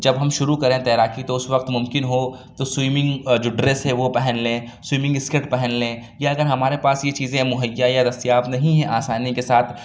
جب ہم شروع کریں تیراکی تو اُس وقت ممکن ہو تو سوئمنگ جو ڈریس ہے وہ پہن لیں سوئمنگ اسکرٹ پہن لیں یا اگر ہمارے پاس یہ چیزیں مہیّا یا دستیاب نہیں ہیں آسانی کے ساتھ